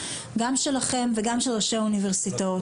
גם מכם וגם מראשי האוניברסיטאות.